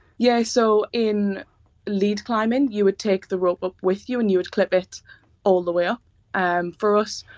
yeah, so, in lead climbing you would take the rope up with you and you would clip it all the way up. ah and for us,